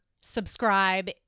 Subscribe